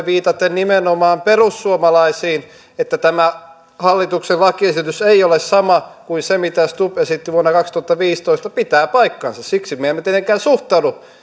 viitaten nimenomaan perussuomalaisiin että tämä hallituksen lakiesitys ei ole sama kuin se mitä stubb esitti vuonna kaksituhattaviisitoista pitää paikkansa siksi me emme tietenkään suhtaudu